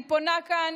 אני פונה כאן